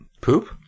Poop